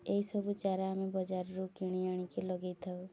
ଏହିସବୁ ଚାରା ଆମେ ବଜାରରୁ କିଣି ଆଣିକି ଲଗେଇଥାଉ